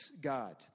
God